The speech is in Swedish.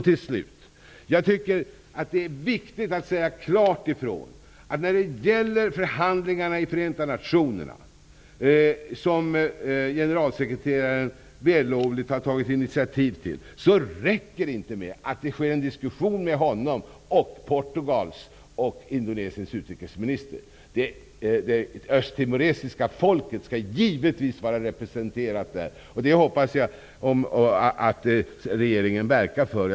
Till slut tycker jag att det är viktigt att säga klart ifrån när det gäller förhandlingarna i Förenta nationerna, som generalsekreteraren vällovligt har tagit initiativ till, att det inte räcker med en diskussion mellan honom, Portugals och Indonesiens utrikesministrar. Det östtimoresiska folket skall givetvis vara representerat där. Jag hoppas att regeringen verkar för det.